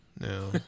no